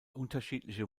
unterschiedliche